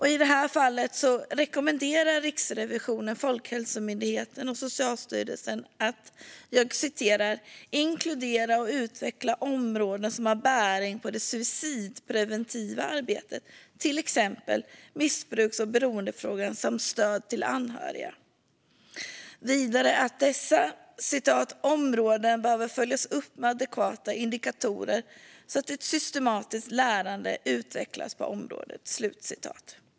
I det här fallet rekommenderar Riksrevisionen Folkhälsomyndigheten och Socialstyrelsen att inkludera och utveckla områden som har bäring på det suicidpreventiva arbetet, till exempel missbruks och beroendefrågan samt stöd till anhöriga. Riksrevisionen skriver vidare att dessa områden behöver följas upp med adekvata indikatorer så att ett systematiskt lärande utvecklas på området.